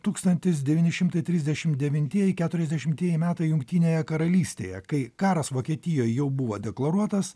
tūkstantis devyni šimtai trisdešim devintieji keturiasdešimtieji metai jungtinėje karalystėje kai karas vokietijoj jau buvo deklaruotas